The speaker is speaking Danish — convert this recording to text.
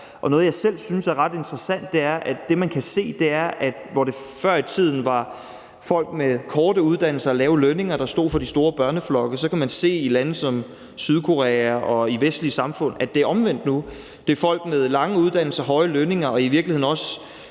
noget, jeg selv synes er ret interessant, er, at det, man kan se, er, at hvor det før i tiden var folk med korte uddannelser og lave lønninger, der stod for de store børneflokke, kan man se i lande som Sydkorea og i vestlige samfund, at det er omvendt nu. Det er folk med lange uddannelser, høje lønninger og i virkeligheden også